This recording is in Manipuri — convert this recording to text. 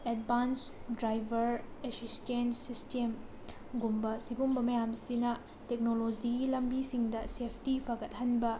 ꯑꯦꯗꯕꯥꯟꯁ ꯗ꯭ꯔꯥꯏꯕꯔ ꯑꯦꯁꯤꯁꯇꯦꯟꯁ ꯁꯤꯁꯇꯦꯟꯁꯒꯨꯝꯕ ꯁꯤꯒꯨꯝꯕ ꯃꯌꯥꯝꯁꯤꯅ ꯇꯦꯛꯅꯣꯂꯣꯖꯤꯒꯤ ꯂꯝꯕꯤꯁꯤꯡꯗ ꯁꯦꯐꯇꯤ ꯐꯒꯠꯍꯟꯕ